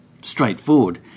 straightforward